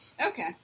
Okay